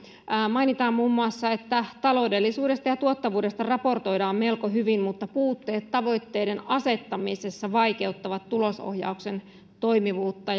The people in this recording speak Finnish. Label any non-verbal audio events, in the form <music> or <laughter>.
mainitaan muun muassa että taloudellisuudesta ja tuottavuudesta raportoidaan melko hyvin mutta puutteet tavoitteiden asettamisessa vaikeuttavat tulosohjauksen toimivuutta <unintelligible>